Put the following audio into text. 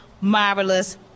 marvelous